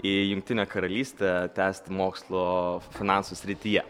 į jungtinę karalystę tęst mokslo finansų srityje